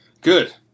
Good